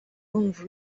wumva